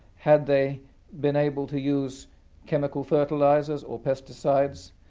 had they been able to use chemical fertilisers or pesticides,